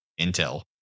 intel